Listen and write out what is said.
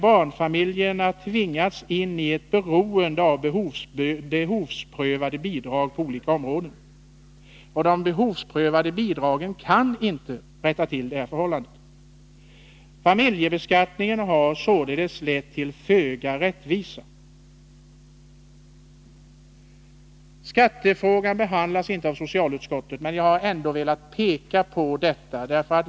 Barnfamiljerna har tvingats in i ett beroende av behovsprövade bidrag på olika områden. Genom behovsprövade bidrag kan man emellertid inte rätta till missförhållandena. Familjebeskattningen har således lett till en föga rättvis fördelning av skattebördan. Skattefrågan har inte behandlats av socialutskottet, men jag har ändå velat peka på detta.